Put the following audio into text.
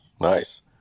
nice